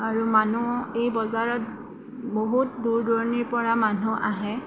আৰু মানুহ এই বজাৰত বহুত দূৰ দুৰণিৰ পৰা মানুহ আহে